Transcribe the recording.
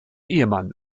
ehemann